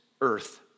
earth